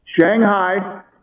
Shanghai